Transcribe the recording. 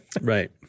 right